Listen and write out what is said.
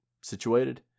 situated